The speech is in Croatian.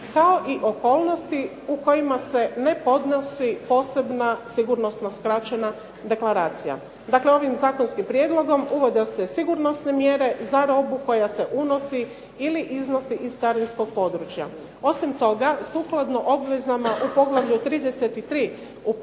kao i okolnosti u kojima se ne podnosi posebna sigurnosno skraćena deklaracija. Dakle, ovim zakonskim prijedlogom uvode se sigurnosne mjere za robu koja se unosi ili iznosi iz carinskog područja. Osim toga, sukladno obvezama u Poglavlju 33.